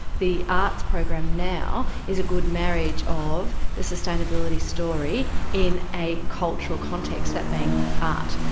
the arts program now is a good marriage of the sustainability story in a cultural context, that being art.